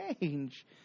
change